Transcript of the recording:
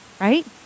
Right